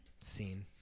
Scene